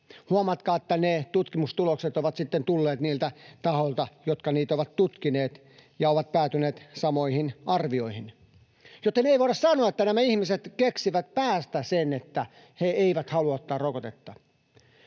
Huomatkaa, että ne tutkimustulokset ovat sitten tulleet niiltä tahoilta, jotka niitä ovat tutkineet, ja ovat päätyneet samoihin arvioihin. Joten ei voida sanoa, että nämä ihmiset keksivät päästä sen, että he eivät halua ottaa rokotetta.